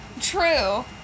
True